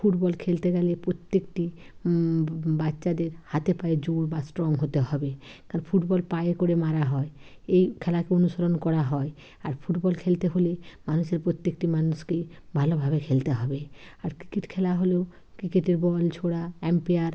football খেলতে গেলে প্রত্যেকটি বাচ্চাদের হাতে পায়ে জোর বা স্ট্রং হতে হবে আর ফুটবল পায়ে করে মারা হয় এই খেলাকে অনুসরণ করা হয় আর ফুটবল খেলতে হলে মানুষের প্রত্যেকটি মানুষকে ভালোভাবে খেলতে হবে আর ক্রিকেট খেলা হলো ক্রিকেটের বল ছোঁড়া আম্পায়ার